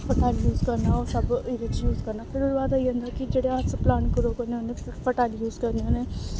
fertile use करना ओह् सब एह्दे च यूज करना फिर ओह्दे बाद आई जंदा कि जेह्ड़े अस प्लांट ग्रो करने होन्ने फर्टाइल यूज करने होन्ने